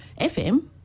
FM